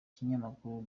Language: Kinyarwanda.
ikinyamakuru